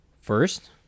First